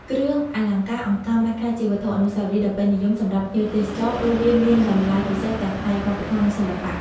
គ្រឿងអលង្ការអង្កាំបានក្លាយជាវត្ថុអនុស្សាវរីយ៍ដ៏ពេញនិយមសម្រាប់ភ្ញៀវទេសចរ ព្រោះវាមានតម្លៃពិសេសទាំងផ្នែកវប្បធម៌ និងសិល្បៈ។